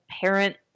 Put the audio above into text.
parent